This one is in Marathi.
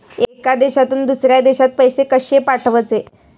एका देशातून दुसऱ्या देशात पैसे कशे पाठवचे?